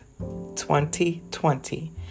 2020